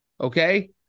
Okay